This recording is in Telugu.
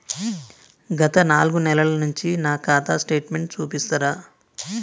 గత నాలుగు నెలల నుంచి నా ఖాతా స్టేట్మెంట్ చూపిస్తరా?